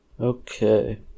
Okay